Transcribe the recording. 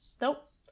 Nope